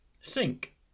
Sink